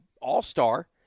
all-star